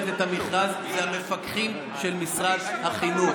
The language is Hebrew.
את המכרז זה המפקחים של משרד החינוך.